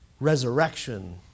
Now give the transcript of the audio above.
resurrection